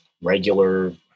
regular